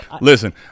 listen